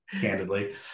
candidly